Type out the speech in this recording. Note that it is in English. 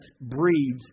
breeds